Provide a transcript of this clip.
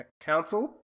council